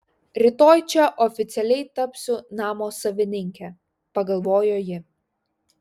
rytoj čia oficialiai tapsiu namo savininke pagalvojo ji